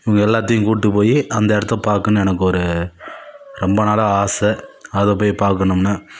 இவங்க எல்லாத்தையும் கூப்பிட்டு போய் அந்த இடத்த பார்க்கணும் எனக்கு ஒரு ரொம்ப நாளாக ஆசை அதை போய் பார்க்கணுமுன்னு